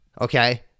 Okay